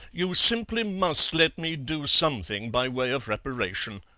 you simply must let me do something by way of reparation